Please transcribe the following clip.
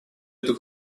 это